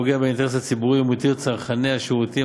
פוגע באינטרס הציבורי ומותיר את צרכני השירותים,